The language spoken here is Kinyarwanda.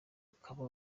ukaba